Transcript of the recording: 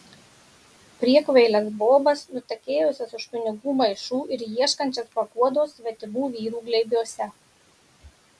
priekvailes bobas nutekėjusias už pinigų maišų ir ieškančias paguodos svetimų vyrų glėbiuose